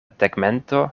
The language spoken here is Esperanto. tegmento